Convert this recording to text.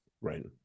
right